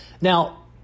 Now